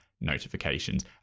notifications